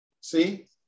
See